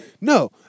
no